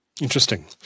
Interesting